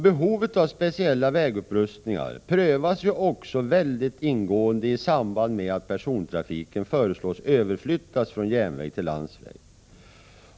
Behovet av speciella vägupprustningar prövas också mycket ingående i samband med att persontrafiken föreslås bli överflyttad från järnväg till landsväg.